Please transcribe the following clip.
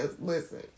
Listen